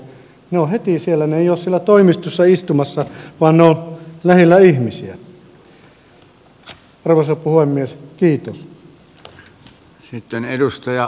ne ovat heti siellä ne eivät ole siellä toimistossa istumassa vaan ne ovat lähellä ihmisiä